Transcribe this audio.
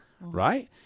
right